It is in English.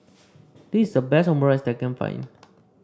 this is the best Omurice that I can find